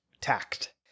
tact